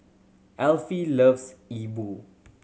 Elfie loves E Bu